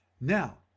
now